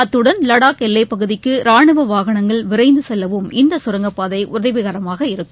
அத்துடன் லடாக் எல்லைப் பகுதிக்கு ரானுவ வாகனங்கள் விரைவாக செல்லவும் இந்த கரங்கப்பாதை உதவிகரமாக இருக்கும்